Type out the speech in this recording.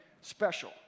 special